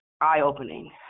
eye-opening